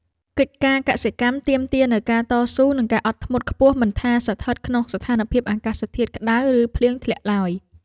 កិច្ចការកសិកម្មទាមទារនូវការតស៊ូ និងការអត់ធ្មត់ខ្ពស់មិនថាស្ថិតក្នុងស្ថានភាពអាកាសធាតុក្តៅ ឬភ្លៀងធ្លាក់ឡើយ។